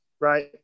right